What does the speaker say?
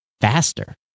faster